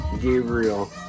Gabriel